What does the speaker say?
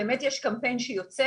באמת יש קמפיין שיוצא,